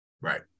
right